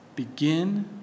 Begin